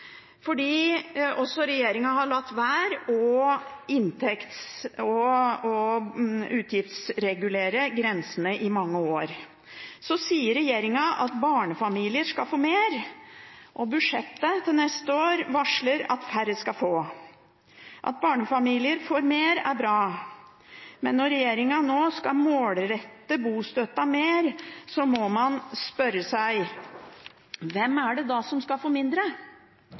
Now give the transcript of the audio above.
har også latt være å utgiftsregulere grensene i mange år. Regjeringen sier at barnefamilier skal få mer. Budsjettet til neste år varsler at færre skal få. At barnefamilier får mer, er bra, men når regjeringen nå skal målrette bostøtten mer, må man spørre seg: Hvem er det da som skal få mindre?